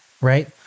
Right